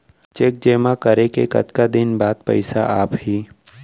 Cheque जेमा करें के कतका दिन बाद पइसा आप ही?